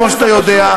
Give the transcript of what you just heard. כמו שאתה יודע.